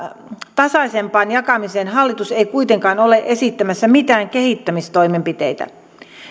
tasaisempaan jakamiseen hallitus ei kuitenkaan ole esittämässä mitään kehittämistoimenpiteitä